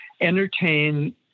entertain